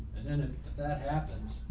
and then if that happens,